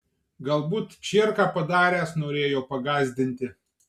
galbūt čierką padaręs norėjo pagąsdinti